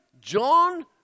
John